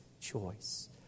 choice